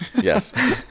Yes